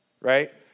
right